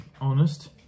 honest